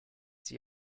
sie